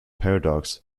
paradox